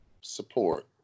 Support